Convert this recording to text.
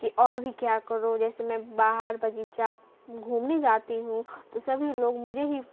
کہ اور بھی کیا کرو جیسے میں باہر بغیچہ گھومنے جاتی ہوں تو سبھی لوگ مجھے ہی